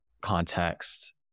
context